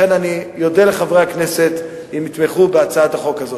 לכן אני אודה לחברי הכנסת אם יתמכו בהצעת החוק הזאת.